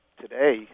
today